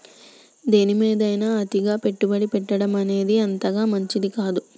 దేనిమీదైనా అతిగా పెట్టుబడి పెట్టడమనేది అంతగా మంచిది కాదు